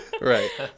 right